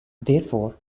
therefore